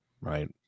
right